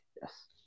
Yes